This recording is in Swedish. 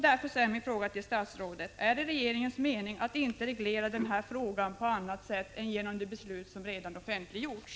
Därför är min fråga till statsrådet: Är det regeringens mening att inte reglera den här frågan på annat sätt än genom det beslut som redan har offentliggjorts?